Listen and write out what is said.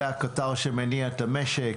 זה הקטר שמניע את המשק,